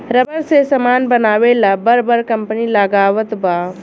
rubber से समान बनावे ला बर बर कंपनी लगावल बा